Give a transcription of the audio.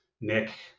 Nick